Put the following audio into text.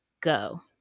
go